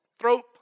throat